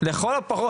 לכל הפחות,